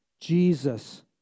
Jesus